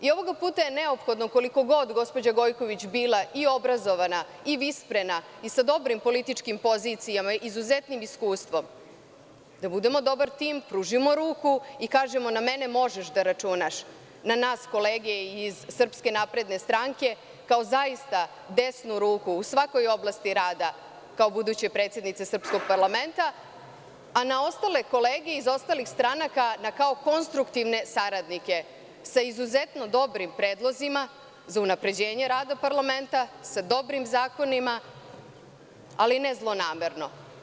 I ovog puta je neophodno, koliko god gospođa Gojković bila i obrazovana i visprena i sa dobrim političkim pozicijama i izuzetnim iskustvom, da budemo dobar tim, pružimo ruku i kažemo – na mene možeš da računaš, na nas kolege iz SNS, kao zaista desnu ruku u svakoj oblasti rada, kao buduća predsednica srpskog parlamenta, a na ostale kolege iz ostalih stranaka kao na konstruktivne saradnike sa izuzetno dobrim predlozima za unapređenje rada parlamenta, sa dobrim zakonima, ali ne zlonamerno.